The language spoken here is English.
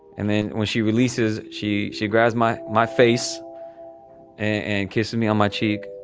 and then, when she releases, she she grabs my my face and kisses me on my cheek.